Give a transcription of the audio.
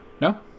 No